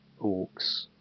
orcs